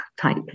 type